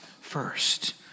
first